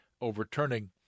overturning